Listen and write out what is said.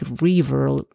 River